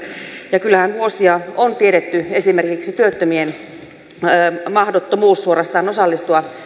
ja kyllähän vuosia on tiedetty esimerkiksi työttömien suorastaan mahdottomuus osallistua